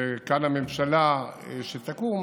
וכאן הממשלה שתקום,